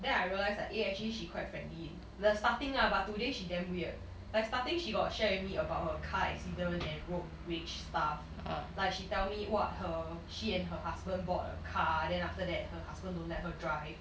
then I realise like eh actually she quite friendly the starting ah but today she damn weird like starting she got share with me about her car accident and road rage stuff like she tell me what her she and her husband bought a car then after that her husband don't let her drive